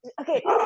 okay